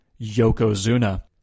Yokozuna